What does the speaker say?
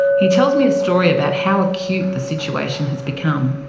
he tells me a story about how acute the situation has become.